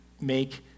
make